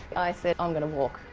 i said, i'm going to walk.